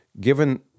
Given